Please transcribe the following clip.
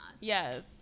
Yes